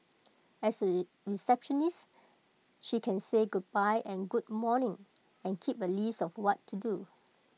as A receptionist she can say goodbye and good morning and keep A list of what to do